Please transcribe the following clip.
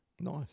nice